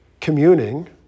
communing